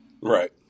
Right